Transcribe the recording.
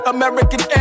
American